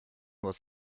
was